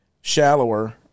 shallower